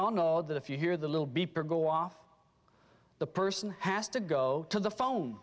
all know that if you hear the little beeper go off the person has to go to the phone